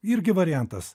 irgi variantas